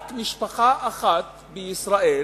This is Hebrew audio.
רק משפחה אחת בישראל,